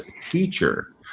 teacher